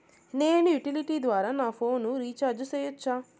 నేను యుటిలిటీ ద్వారా నా ఫోను రీచార్జి సేయొచ్చా?